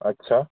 अच्छा